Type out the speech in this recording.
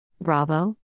Bravo